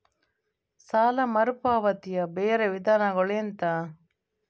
ಸಾಲ ಮರುಪಾವತಿಯ ಬೇರೆ ವಿಧಾನಗಳು ಎಂತ?